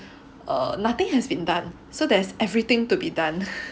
err nothing has been done so there's everything to be done